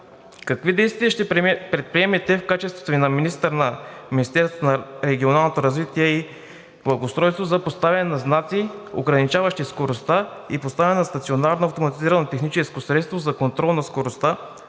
какви действия ще предприемете в качеството Ви на министър на Министерството на регионалното развитие и благоустройството за поставяне на знаци, ограничаващи скоростта, и поставяне на стационарно автоматизирано техническо средство за контрол на скоростта